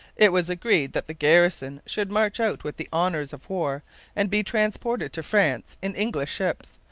it was agreed that the garrison should march out with the honours of war and be transported to france in english ships,